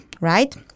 right